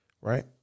Right